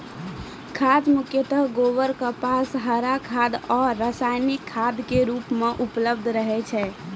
खाद मुख्यतः गोबर, कंपोस्ट, हरा खाद आरो रासायनिक खाद के रूप मॅ उपलब्ध रहै छै